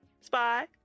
spy